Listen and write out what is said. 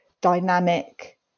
dynamic